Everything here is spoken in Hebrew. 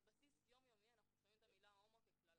על בסיס יומיומי אנחנו שומעים את המילה הומו כקללה.